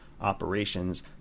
operations